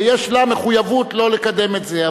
ויש לה מחויבות לא לקדם את זה,